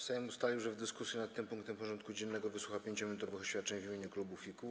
Sejm ustalił, że w dyskusji nad tym punktem porządku dziennego wysłucha 5-minutowych oświadczeń w imieniu klubów i kół.